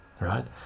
right